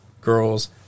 girls